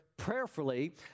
prayerfully